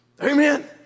amen